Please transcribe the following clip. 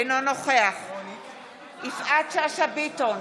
אינו נוכח יפעת שאשא ביטון,